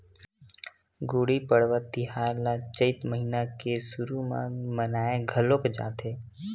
गुड़ी पड़वा तिहार ल चइत महिना के सुरू म मनाए घलोक जाथे